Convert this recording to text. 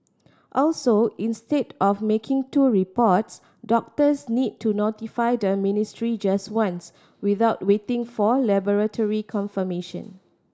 also instead of making two reports doctors need to notify the ministry just once without waiting for laboratory confirmation